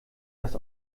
das